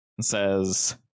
says